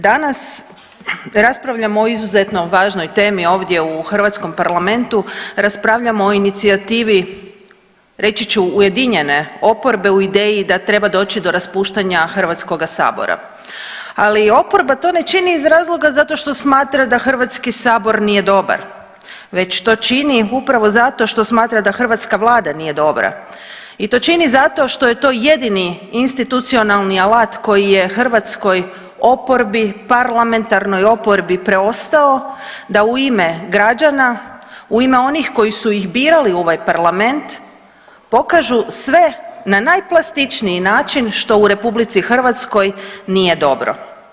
Danas raspravljamo o izuzetno važnoj temi ovdje u hrvatskom Parlamentu, raspravljamo o inicijativi reći ću ujedinjene oporbe u ideji da treba doći do raspuštanja HS-a, ali oporba to ne čini iz razloga zato što smatra da HS nije dobar, već to čini upravo zato što smatra da hrvatska vlada nije dobra i to čini zato što je to jedini institucionalni alat koji je hrvatskoj oporbi, parlamentarnoj oporbi preostao da u ime građana, u ime onih koji su ih birali u ovaj parlament pokažu sve na najplastičniji način što u RH nije dobro.